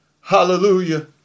Hallelujah